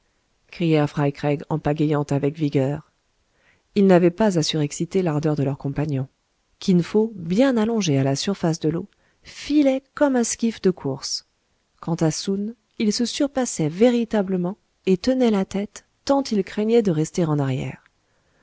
crièrent fry craig en pagayant avec vigueur ils n'avaient pas à surexciter l'ardeur de leurs compagnons kinfo bien allongé à la surface de l'eau filait comme un skiff de course quant à soun il se surpassait véritablement et tenait la tête tant il craignait de rester en arrière